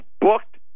booked